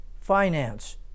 finance